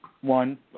One